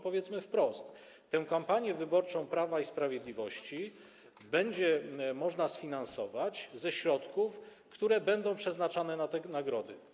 Powiedzmy wprost, tę kampanię wyborczą Prawa i Sprawiedliwości będzie można sfinansować ze środków, które będą przeznaczane na nagrody.